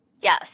Yes